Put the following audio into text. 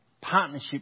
Partnership